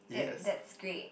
that that's great